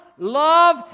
love